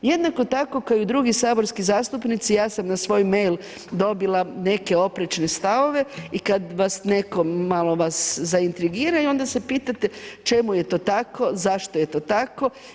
Jednako tako kao i drugi saborski zastupnici ja sam na svoj mail dobila neke oprečne stavove i kada vas netko, malo vas zaintrigira i onda se pitajte čemu je to tako, zašto je to tako.